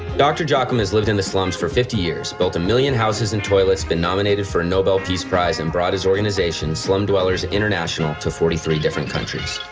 dr. jockin has lived in the slums for fifty years, built a million houses and toilets, but nominated for a nobel peace prize, and brought his organization, slum dwellers international, to forty three different countries.